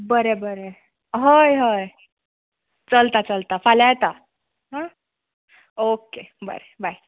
बरें बरें हय हय चलता चलता फाल्यां येतां ऑके बरें बाय